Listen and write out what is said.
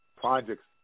projects